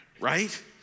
right